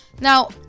Now